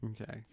Okay